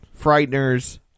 Frighteners